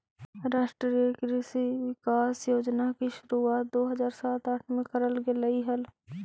राष्ट्रीय कृषि विकास योजना की शुरुआत दो हज़ार सात आठ में करल गेलइ हल